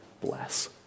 bless